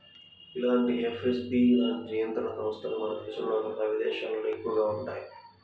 ఇలాంటి ఎఫ్ఏఎస్బి లాంటి నియంత్రణ సంస్థలు మన దేశంలోకన్నా విదేశాల్లోనే ఎక్కువగా వుంటయ్యి